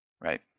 Right